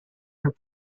were